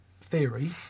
theory